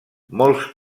molts